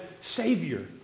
Savior